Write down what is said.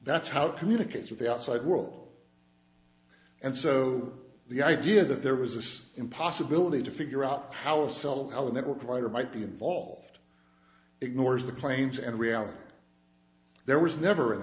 that's how communicates with the outside world and so the idea that there was this in possibility to figure out how the cell tower the network provider might be involved ignores the claims and reality there was never an